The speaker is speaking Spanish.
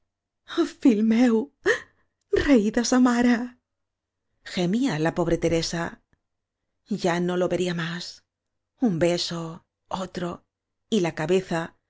de sa mare gemía la pobre teresa ya no lo vería más un beso otro y la cabeza